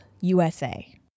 USA